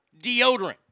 deodorant